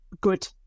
good